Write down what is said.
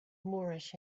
moorish